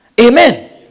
Amen